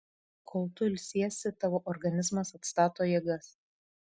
kol tu ilsiesi tavo organizmas atstato jėgas